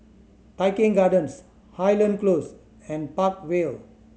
Tai Keng Gardens Highland Close and Park Vale